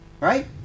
Right